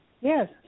Yes